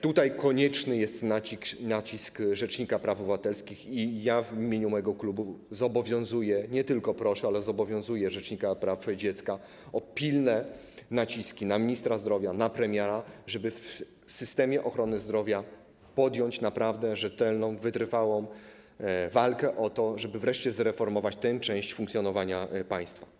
Tutaj konieczny jest nacisk rzecznika praw dziecka i ja w imieniu mojego klubu zobowiązuję, nie tylko proszę, ale zobowiązuję rzecznika praw dziecka do pilnych nacisków na ministra zdrowia, na premiera, żeby w systemie ochrony zdrowia podjąć naprawdę rzetelną, wytrwałą walkę o to, żeby wreszcie zreformować tę część funkcjonowania państwa.